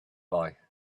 boy